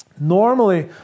Normally